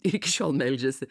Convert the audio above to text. iki šiol meldžiasi